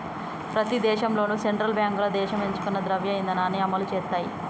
ప్రతి దేశంలోనూ సెంట్రల్ బ్యాంకులు దేశం ఎంచుకున్న ద్రవ్య ఇధానాన్ని అమలు చేత్తయ్